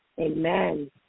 amen